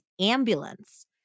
ambulance